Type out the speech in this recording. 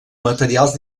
materials